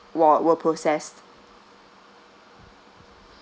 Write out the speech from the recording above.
were were processed